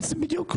בדיוק.